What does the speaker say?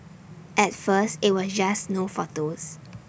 at first IT was just no photos